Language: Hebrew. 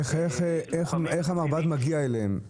איך המרב"ד מגיע אליהם?